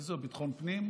איזה, ביטחון פנים?